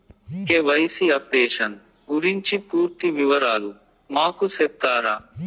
KYC updation గురించి పూర్తి వివరాలు మాకు సెప్తారా?